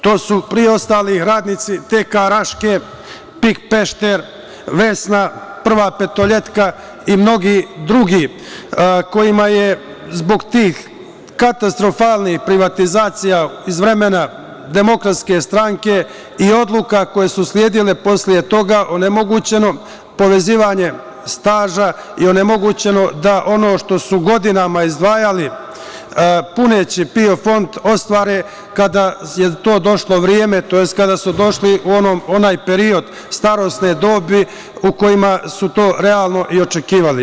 To su pre ostalih radnici TK „Raške“, PIK Pešter, „Vesna“, „Prva Petoletka“ i mnogi drugi kojima je zbog tih katastrofalnih privatizacija iz vremena DS i odluka koje su sledile posle toga onemogućeno povezivanje staža i onemogućeno da ono što su godinama izdvajali, puneći PIO fond ostvare kada je tome došlo vreme, tj. kada su došli u onaj period starosne dobi u kojima su to realno i očekivali.